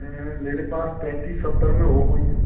मेरे पास पैंतीस सत्तर में हो कोई